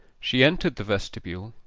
she entered the vestibule,